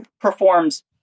performs